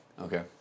Okay